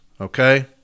okay